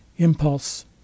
impulse